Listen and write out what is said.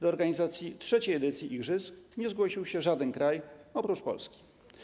Do organizacji III edycji igrzysk nie zgłosił się żaden kraj oprócz Polski.